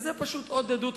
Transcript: וזו פשוט עוד עדות,